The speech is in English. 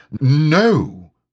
No